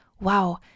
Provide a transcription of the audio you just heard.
Wow